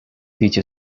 dicha